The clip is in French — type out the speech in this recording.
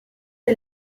est